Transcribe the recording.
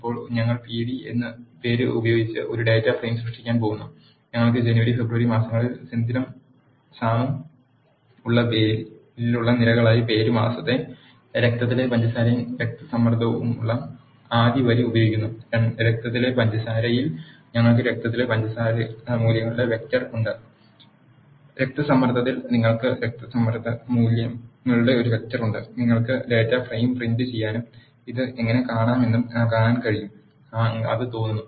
ഇപ്പോൾ ഞങ്ങൾ pd എന്ന പേര് ഉപയോഗിച്ച് ഒരു ഡാറ്റ ഫ്രെയിം സൃഷ്ടിക്കാൻ പോകുന്നു ഞങ്ങൾക്ക് ജനുവരി ഫെബ്രുവരി മാസങ്ങളിൽ സെന്തിലും സാമും ഉള്ള പേരിലുള്ള നിരകളായി പേര് മാസത്തെ രക്തത്തിലെ പഞ്ചസാരയും രക്തസമ്മർദ്ദവുമുള്ള ആദ്യ വരി ഉപയോഗിക്കുന്നു രക്തത്തിലെ പഞ്ചസാരയിൽ ഞങ്ങൾക്ക് രക്തത്തിലെ പഞ്ചസാര മൂല്യങ്ങളുടെ വെക്റ്റർ ഉണ്ട് രക്തസമ്മർദ്ദത്തിൽ നിങ്ങൾക്ക് രക്തസമ്മർദ്ദ മൂല്യങ്ങളുടെ ഒരു വെക്റ്റർ ഉണ്ട് നിങ്ങൾക്ക് ഡാറ്റാ ഫ്രെയിം പ്രിന്റുചെയ്യാനും ഇത് എങ്ങനെ കാണാമെന്നും കാണാൻ കഴിയും അത് തോന്നുന്നു